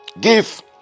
Give